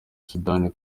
sudani